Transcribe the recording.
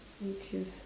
which is